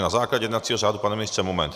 Na základě jednacího řádu, pane ministře, moment.